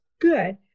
Good